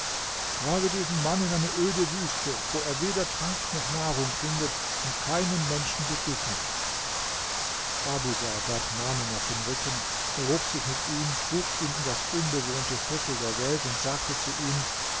trage diesen mann in eine öde wüste wo er weder trank noch nahrung findet und keinem menschen begegnet abu saadat nahm ihn auf den rücken erhob sich mit ihm trug ihn in das unbewohnte viertel der welt und sagte zu ihm